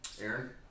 Aaron